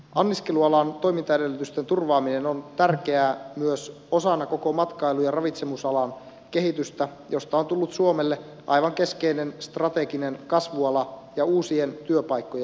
anniskelualan toimintaedellytysten turvaaminen on tärkeää myös osana koko sen matkailu ja ravitsemusalan kehitystä josta on tullut suomelle aivan keskeinen strateginen kasvuala ja uusien työpaikkojen luoja